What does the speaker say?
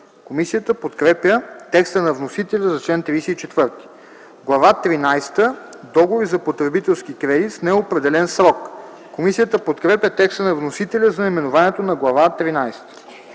Комисията подкрепя текста на вносителя за чл. 34. „Глава тринадесета – Договори за потребителски кредит с неопределен срок.” Комисията подкрепя текста на вносителя за наименованието на глава